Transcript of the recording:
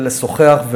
לשוחח,